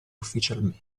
ufficialmente